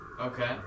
Okay